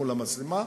מול המצלמה.